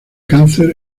cáncer